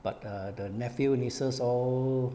but eh the nephew nieces all